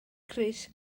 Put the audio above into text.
crys